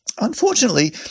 Unfortunately